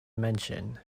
mention